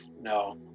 No